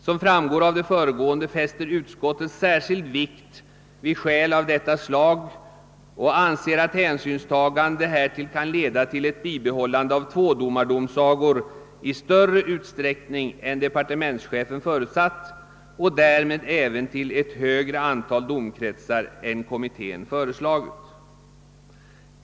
Som framgår av det föregående fäster utskottet särskild vikt vid skäl av detta slag och anser, att hänsynstagande härtill kan leda till ett bibehållande av tvådomardomsagor i större utsträckning än departementschefen förutsatt och därmed även till ett högre antal domkretsar än kommittén föreslagit.